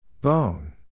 Bone